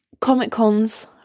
Comic-cons